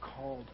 called